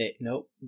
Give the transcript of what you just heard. Nope